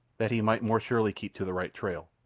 that he might more surely keep to the right trail.